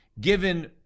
given